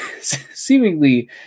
seemingly